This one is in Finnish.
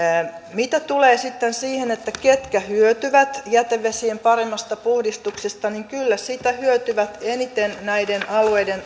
mitä tulee sitten siihen ketkä hyötyvät jätevesien paremmasta puhdistuksesta niin kyllä siitä hyötyvät eniten näiden alueiden